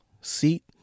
seat